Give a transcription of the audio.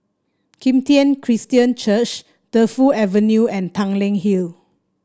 Kim Tian Christian Church Defu Avenue and Tanglin Hill